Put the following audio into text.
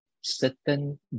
certain